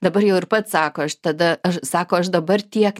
dabar jau ir pats sako aš tada aš sako aš dabar tiek